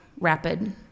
rapid